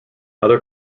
other